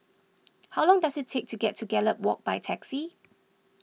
how long does it take to get to Gallop Walk by taxi